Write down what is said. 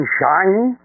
shiny